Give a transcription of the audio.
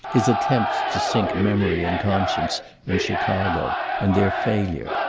his attempts to sink memory and conscience in chicago and their failure,